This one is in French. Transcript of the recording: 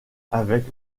avec